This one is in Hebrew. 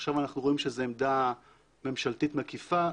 עכשיו אנחנו רואים שזו עמדה ממשלתית מקיפה,